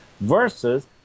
versus